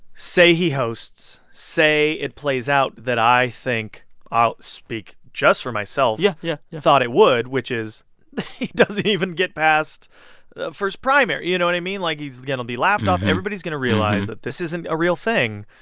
say he hosts, say it plays out that i think i'll speak just for myself. yeah, yeah, yeah. thought it would, which is he doesn't even get past the first primary, you know what i mean? like, he's going to be laughed off. and everybody's going to realize that this isn't a real thing.